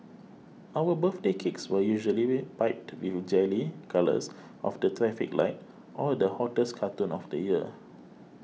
our birthday cakes were usually piped with jelly colours of the traffic light or the hottest cartoon of the year